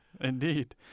Indeed